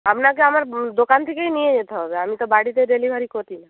আপনাকে আমার দোকান থেকেই নিয়ে যেতে হবে আমি তো বাড়িতে ডেলিভারি করি না